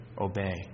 obey